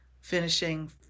finishing